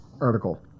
article